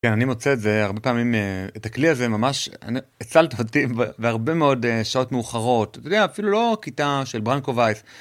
אני מוצא את זה הרבה פעמים את הכלי הזה ממש, אני... והרבה מאוד שעות מאוחרות, אתה יודע אפילו לא כיתה של ברנקובייס.